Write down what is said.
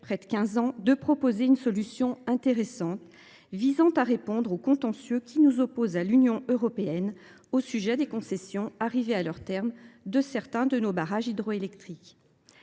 plus de quinze ans, une solution intéressante au contentieux qui nous oppose à l’Union européenne au sujet des concessions, arrivées à leur terme, de certains de nos barrages hydroélectriques.